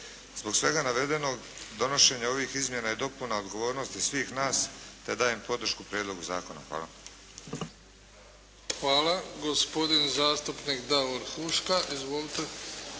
Zbog svega navedenog donošenje ovih izmjena i dopuna odgovornost je svih nas te dajem podršku Prijedlogu zakona. Hvala. **Bebić, Luka (HDZ)** Hvala. Gospodin zastupnik Davor Huška. Izvolite.